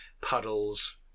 puddles